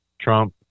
Trump